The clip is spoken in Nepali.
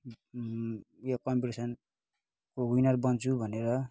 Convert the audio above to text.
यो कम्पिटिसनको विनर बन्छु भनेर